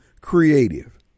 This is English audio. creative